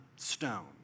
Stone